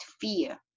fear